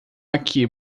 aqui